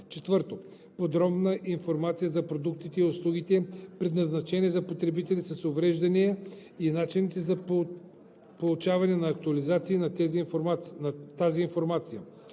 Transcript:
тях; 4. подробна информация за продуктите и услугите, предназначени за потребители с увреждания и начините за получаване на актуализации на тази информация;